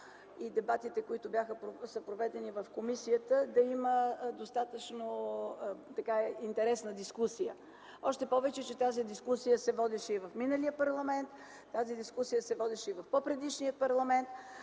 и дебатите, които са проведени в комисията, да има достатъчно интересна дискусия. Още повече, че тази дискусия се водеше и в миналия парламент, тази дискусия се водеше и в по предишния парламент.